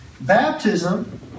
baptism